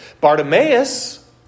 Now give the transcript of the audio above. Bartimaeus